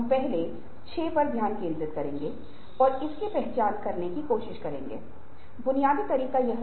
संगठन ब्याज और समूहों के गठबंधन हैं और समूहों के बीच तनाव हो सकता है